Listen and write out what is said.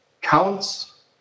counts